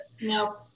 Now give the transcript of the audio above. no